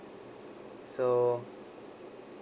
so